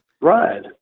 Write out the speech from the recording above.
Right